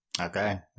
Okay